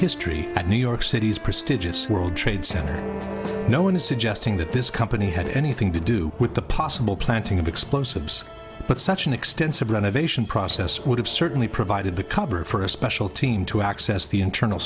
history at new york city's prestigious world trade center no one is suggesting that this company had anything to do with the possible planting of explosives but such an extensive renovation process would have certainly provided the cover for a special team to access the internal